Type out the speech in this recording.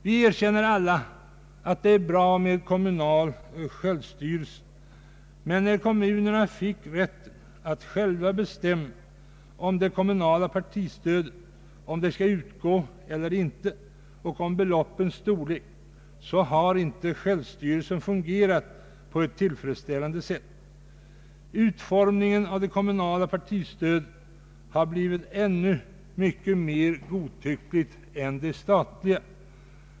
Vi erkänner alla att det är bra med kommunal självstyrelse. Men när kommunerna fick rätten att själva bestämma om det kommunala partistödet — om det skall utgå eller inte och om beloppens storlek — så har den självstyrelsen inte fungerat på ett tillfredsställande sätt. Utformningen av det kommunala partistödet har blivit ännu mer godtyckligt än det statliga.